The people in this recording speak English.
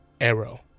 arrow